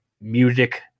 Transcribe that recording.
music